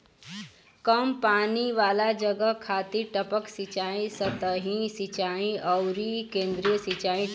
कम पानी वाला जगह खातिर टपक सिंचाई, सतही सिंचाई अउरी केंद्रीय सिंचाई ठीक रहेला